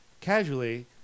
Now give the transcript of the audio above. casually